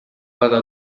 väga